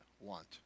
want